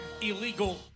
illegal